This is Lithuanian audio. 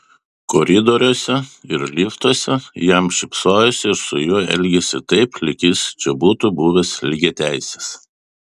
koridoriuose ir liftuose jam šypsojosi ir su juo elgėsi taip lyg jis čia būtų buvęs lygiateisis